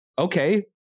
okay